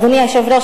אדוני היושב-ראש,